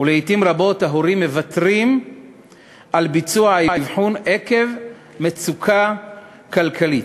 ולעתים רבות ההורים מוותרים על ביצוע האבחון עקב מצוקה כלכלית.